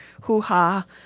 hoo-ha